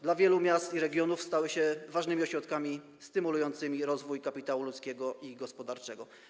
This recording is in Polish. Dla wielu miast i regionów stały się ważnymi ośrodkami stymulującymi rozwój kapitału ludzkiego i gospodarczego.